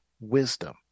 wisdom